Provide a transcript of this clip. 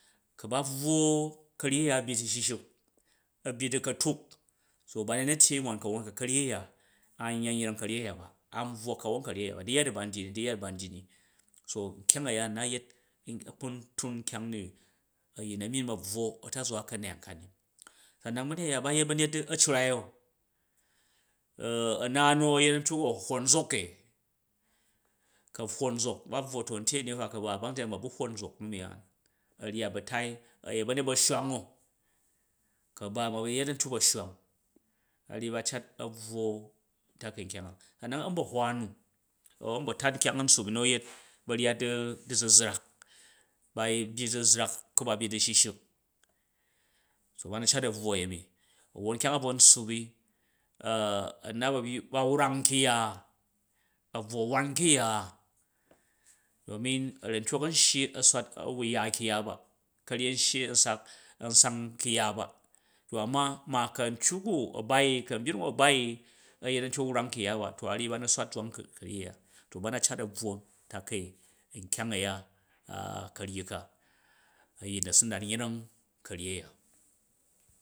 Ku ba bvwo ka̱ryi a̱ya a̱byi du̱shishik a̱ byi du̱ka̱tuk so ba muna̱ tyei wan ka̱won ka̱ryi a̱ya an yya yreng karyi a̱ya ba an buwa ka̱won ka̱ryi aya ba di ya ji ban dyi ni, di ya ji bandyi ni, so nkyang a̱ya nna yet a̱kpangtun nkyang a a̱yin na myin a̱bvwo a̱ntazqa ka̱neyang ka ni. Sanan barye aya ba yet ba̱yet a̱cccrua o? a̱na nu a̱ yet a̱ntyuk u a̱ hwwon zok e. Ku a̱ hwwon ba bvwo to a̱ntye ni fa ku a̱ba a̱bang yita a man ba̱ hwwon zok num yaan, a̱ ryat ba̱tai a̱ yet ba̱myet ba̱shwang ku ba a̱ ma ba̱ yet a̱ntyu ba̱shwang, a ryi ba cat a̱ bvwo ntakai nkang a, sanan a̱nba̱hwa nu an a̱mbatat nkyang u̱ a̱n tsuup i nu a yet ba̱ryat du̱zuzrak, ba yei byi du̱zuzrak ku ba byi du̱shishik to ba nu cat a̱ buwo a̱yemi, avon kyang a bvu ntsuupi a̱nab a̱yyu ba wrang nkying ya, a̱ bvwo wan kyung ya? Domin a̱ra̱ntyok a̱n shyi a̱ swat a̱ wui ya kyung ya ba ka̱ryi an ahyi an sak an sang kyung ya ba, to ama ma ku a̱ntyuk u a̱nbging u a̱bai i a̱ yet a̱ntyi wrang kyung ya ba a ryi ba to a ryi ba nu swat zang ka̱ryi iya, to ba na cat a̱ bvwo tukai nkyang a̱ya ka̱ryi ka a̱yin a̱ su nat yreng ka̱ryi a̱ya.